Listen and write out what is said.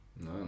no